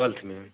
twelfth में